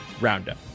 Roundup